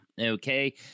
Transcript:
okay